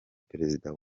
perezida